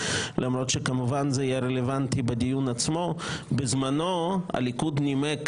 למרות שכמובן זה יהיה רלוונטי בדיון עצמו: בזמנו הליכוד נימק,